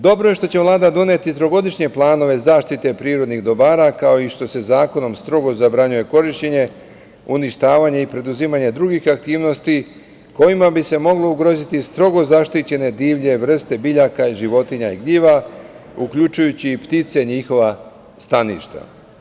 Dobro je što će Vlada doneti trogodišnje planove zaštite prirodnih dobara, kao i što se zakonom strogo zabranjuje korišćenje, uništavanje i preduzimanje drugih aktivnosti kojima bi se mogle ugroziti strogo zaštićene divlje vrste biljaka, životinja i gljiva, uključujući i ptice i njihova staništa.